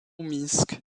minsk